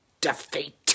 defeat